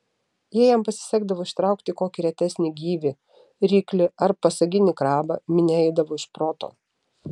jei jam pasisekdavo ištraukti kokį retesnį gyvį ryklį ar pasaginį krabą minia eidavo iš proto